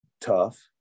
tough